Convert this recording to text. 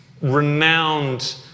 renowned